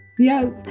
Yes